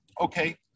Okay